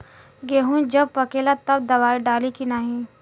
गेहूँ जब पकेला तब दवाई डाली की नाही?